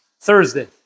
Thursday